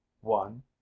one